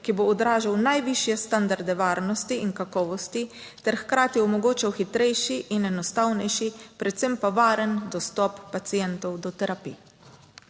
ki bo odražal najvišje standarde varnosti in kakovosti ter hkrati omogočal hitrejši in enostavnejši, predvsem pa varen dostop pacientov do terapij.